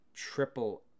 triple